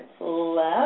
left